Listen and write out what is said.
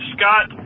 Scott